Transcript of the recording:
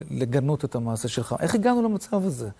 לגנות את המעשה שלך. איך הגענו למצב הזה?